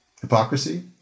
hypocrisy